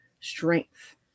strength